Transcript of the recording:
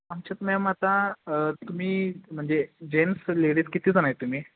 तुमच्यात मॅम आता तुम्ही म्हणजे जेन्ट्स लेडीज किती जण आहे तुम्ही